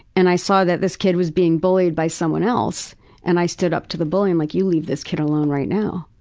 and i saw that this kid was being bullied by someone else and i stood up to the bully and, like you leave this kid alone right now.